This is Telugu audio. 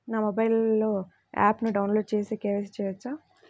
నా మొబైల్లో ఆప్ను డౌన్లోడ్ చేసి కే.వై.సి చేయచ్చా?